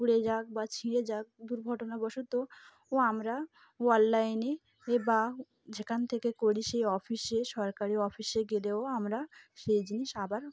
ঘুড়ে যাক বা ছিঁড়ে যাক দুর্ঘটনাবশত ও আমরা অনলাইনে বা যেখান থেকে করি সেই অফিসে সরকারি অফিসে গেলেও আমরা সেই জিনিস আবার